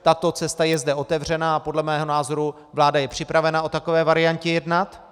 Tato cesta je zde otevřená a podle mého názoru je vláda připravena o takové variantě jednat.